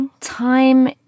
time